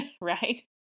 right